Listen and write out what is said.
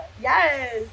yes